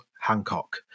Hancock